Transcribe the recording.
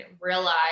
realize